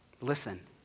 Listen